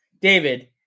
david